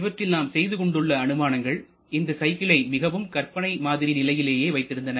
இவற்றில் நாம் செய்து கொண்டுள்ள அனுமானங்கள் இந்த சைக்கிளை மிகவும் கற்பனை மாதிரி நிலையிலேயே வைத்திருந்தன